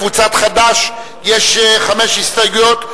לקבוצת חד"ש יש חמש הסתייגויות,